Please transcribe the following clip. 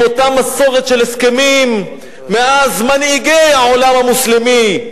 עם אותה מסורת של הסכמים מאז מנהיגי העולם המוסלמי,